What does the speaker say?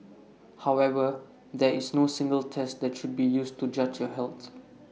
however there is no single test that should be used to judge your health